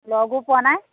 লগো পোৱা নাই